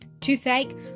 toothache